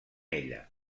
ella